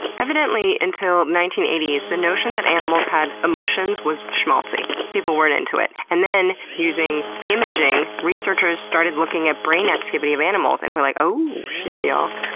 evidently, until the nineteen eighty s, the notion that animals had emotions was schmaltzy. people weren't into it. and then, using imaging, researchers started looking at brain activity of animals and were like, oooooh shiiiiit y'all.